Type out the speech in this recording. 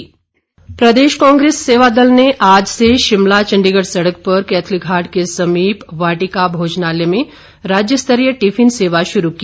tiffin सेवा प्रदेश कांग्रेस सेवादल ने आज से शिमला चंडीगढ़ सड़क पर कैथलीघाट के समीप वाटिका भोजनालय में राज्यस्तरीय टिफिन सेवा शुरू की